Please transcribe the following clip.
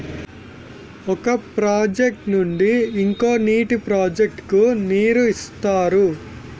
ఒక ప్రాజెక్ట్ నుండి ఇంకో నీటి ప్రాజెక్ట్ కు నీరు ఇస్తారు